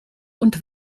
und